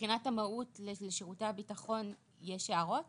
מבחינת המהות לשירותי הביטחון יש הערות